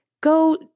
go